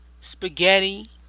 spaghetti